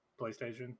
playstation